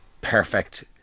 perfect